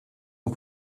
ont